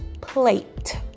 plate